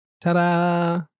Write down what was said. Ta-da